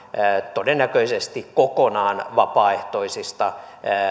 todennäköisesti kokonaan vapaaehtoisista